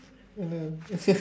oh no